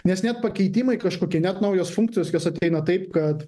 nes net pakeitimai kažkokie net naujos funkcijos jos ateina taip kad